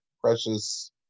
precious